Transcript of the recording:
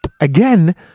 Again